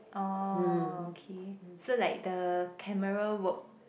orh okay so like the camera work